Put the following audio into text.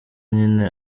nyine